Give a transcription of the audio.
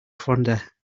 fonder